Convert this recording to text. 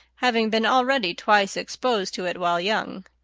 having been already twice exposed to it while young.